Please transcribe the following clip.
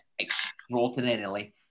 extraordinarily